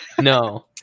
No